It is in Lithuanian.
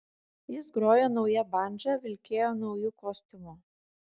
jis grojo nauja bandža vilkėjo nauju kostiumu